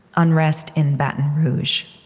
unrest in baton rouge